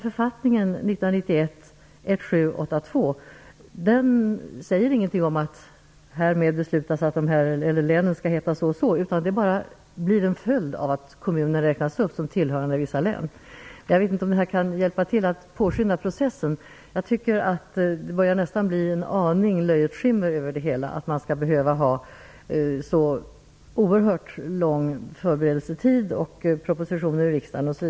Författningen 1991:1782 säger ingenting om att det är beslutat att länen skall heta så och så. Det blir bara en följd av att kommunerna räknas upp som tillhörande vissa län. Jag vet inte om detta kan hjälpa till att påskynda processen. Jag tycker att det börjar bli en aning löjets skimmer över det hela när man behöver ha en så oerhört lång förberedelsetid och lämna propositioner till riksdagen.